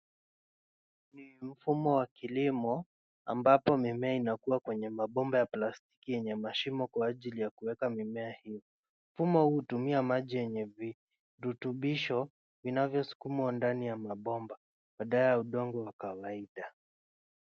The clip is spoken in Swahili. Mfumo wa kilimo ambapo mimea inakua kwenye mabomba ya plastiki yenye mashimo kwa ajili ya kuweka mimea hii. Mfumo huu hutumia maji yenye virutubisho vinavyosukumwa ndani ya mabomba badala ya udongo wa kawaida.